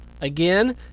again